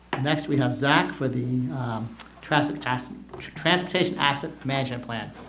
next we have zack for the trafic acid transportation asset management plan